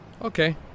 Okay